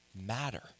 matter